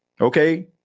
okay